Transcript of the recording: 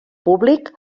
públic